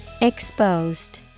Exposed